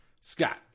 Scott